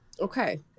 Okay